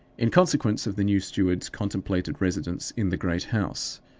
in consequence of the new steward's contemplated residence in the great house.